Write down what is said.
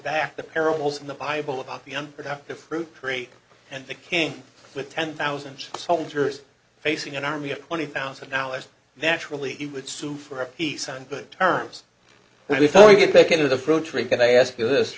back the parables in the bible about the unproductive fruit tree and the king with ten thousand soldiers facing an army of twenty thousand dollars naturally he would sue for peace on good terms and we thought we'd get back into the fruit tree can i ask you this